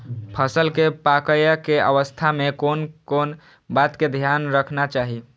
फसल के पाकैय के अवस्था में कोन कोन बात के ध्यान रखना चाही?